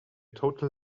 total